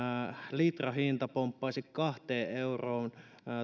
litrahinta pomppaisi kahteen euroon